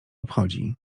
obchodzi